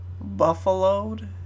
Buffaloed